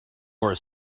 more